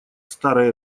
старой